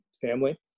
family